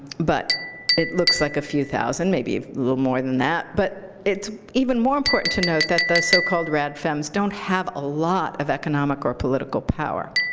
but it looks like a few thousand, maybe a little more than that. but it's even more important to note that the so-called rad fems don't have a lot of economic or political power.